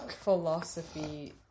philosophy